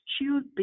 choose